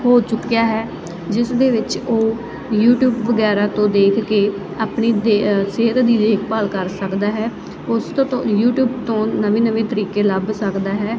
ਹੋ ਚੁੱਕਿਆ ਹੈ ਜਿਸ ਦੇ ਵਿੱਚ ਉਹ ਯੂਟੀਊਬ ਵਗੈਰਾ ਤੋਂ ਦੇਖ ਕੇ ਆਪਣੀ ਦੇ ਸਿਹਤ ਦੀ ਦੇਖਭਾਲ ਕਰ ਸਕਦਾ ਹੈ ਉਸ ਤੋਂ ਤੋਂ ਯੂਟੀਊਬ ਤੋਂ ਨਵੇਂ ਨਵੇਂ ਤਰੀਕੇ ਲੱਭ ਸਕਦਾ ਹੈ